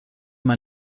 man